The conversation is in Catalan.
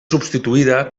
substituïda